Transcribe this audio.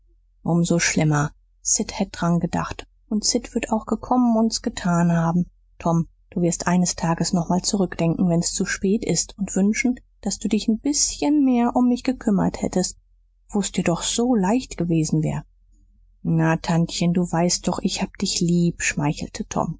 so schlimmer sid hätt dran gedacht und sid würd auch gekommen und s getan haben tom du wirst eines tages noch mal zurückdenken wenn's zu spät ist und wünschen daß du dich n bißchen mehr um mich gekümmert hättst wo's dir doch so leicht gewesen wär na tantchen du weißt doch ich hab dich lieb schmeichelte tom